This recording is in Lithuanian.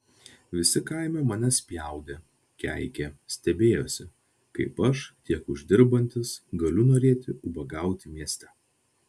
visi kaime mane spjaudė keikė stebėjosi kaip aš tiek uždirbantis galiu norėti ubagauti mieste